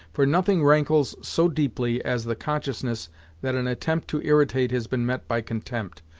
for nothing rankles so deeply as the consciousness that an attempt to irritate has been met by contempt,